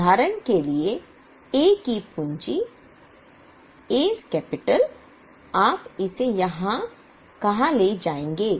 उदाहरण के लिए A की पूंजी आप इसे कहां ले जाएंगे